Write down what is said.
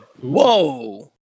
Whoa